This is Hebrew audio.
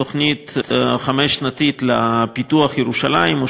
תוכנית חמש-שנתית לפיתוח ירושלים.